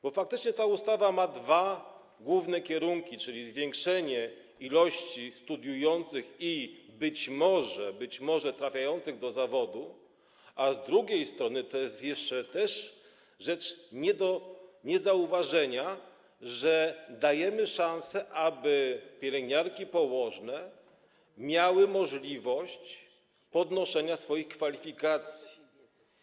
Bo faktycznie ta ustawa ma dwa główne kierunki, czyli zwiększenie ilości studiujących i, być może, trafiających do zawodu, a z drugiej strony - to jest też jeszcze rzecz nie do niezauważenia - dajemy szansę, aby pielęgniarki i położne miały możliwość podnoszenia swoich kwalifikacji.